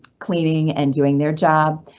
cleaning and doing their job,